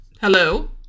Hello